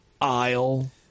aisle